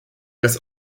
als